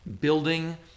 building